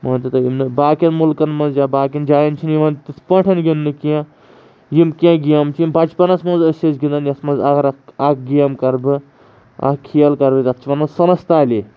مٲنتو تُہۍ یِم نہٕ باقیَن ملکَن منٛز یا باقیَن جایَن چھِنہٕ یِوان تِتھ پٲٹھۍ گِنٛدنہٕ کینٛہہ یِم کینٛہہ گیمہٕ چھِ یِم بَچپَنَس منٛز أسۍ ٲسۍ گِںٛدان یَتھ منٛز اگر اَکھ اَکھ گیم کَرٕ بہٕ اَکھ کھیل کَرٕ بہٕ تَتھ چھِ وَنان سَنَس تالے